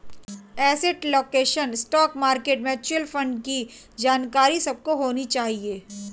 asset allocation, stock market, mutual fund की जानकारी सबको होनी चाहिए